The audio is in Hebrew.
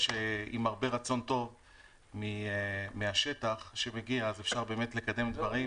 שעם הרבה רצון טוב מהשטח שמגיע אז אפשר באמת לקדם דברים.